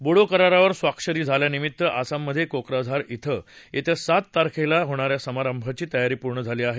बोडो करारावर स्वाक्षरी झाल्यानिमित्त असममध्ये कोक्राझार िंग येत्या सात तारखेला होणा या समारंभाची तयारी पूर्ण झाली आहे